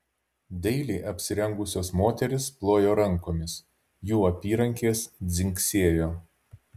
dailiai apsirengusios moterys plojo rankomis jų apyrankės dzingsėjo